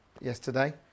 yesterday